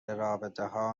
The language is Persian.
رابطهها